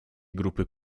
grupy